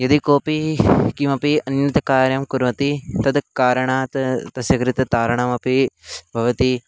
यदि कोपि किमपि अन्यत्कार्यं कुर्वति तद् कारणात् तस्य कृते तारणमपि भवति